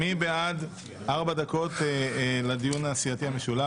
מי בעד ארבע דקות לדיון הסיעתי המשולב?